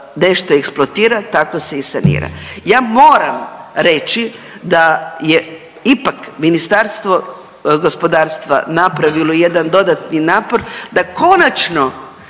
nešto eksploatira tako se i sanira. Ja moram reći da je ipak Ministarstvo gospodarstva napravilo jedan dodatni napor da konačno